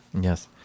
Yes